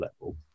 level